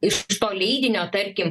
iš to leidinio tarkim